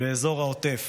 באזור העוטף.